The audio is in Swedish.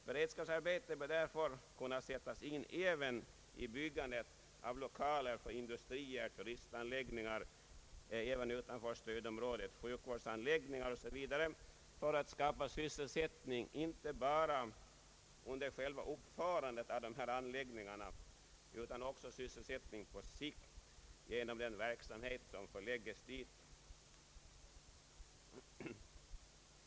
Beredskapsarbete bör därför kunna sättas in även i byggandet av lokaler för industrier och turistanläggningar utanför stödområdet, sjukvårdsanläggningar o.s.v. för att skapa sysselsättning inte bara under själva uppförandet av dessa anläggningar utan också för att ordna sysselsättning på sikt genom den verksamhet som förläggs dit.